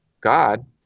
God